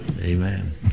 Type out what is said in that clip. Amen